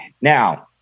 now